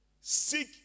seek